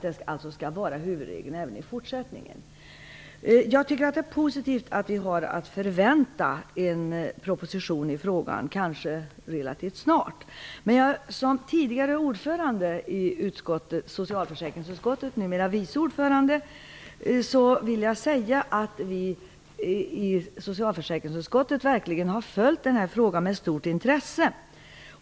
Den skall alltså vara huvudregel även i fortsättningen. Det är positivt att vi relativt snart kan förvänta oss en proposition i frågan. Jag var tidigare ordförande i socialförsäkringsutskottet; numera är jag vice ordförande. Jag vill därför säga att vi i socialförsäkringsutskottet verkligen har följt denna fråga med ett stort intresse.